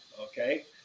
okay